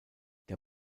der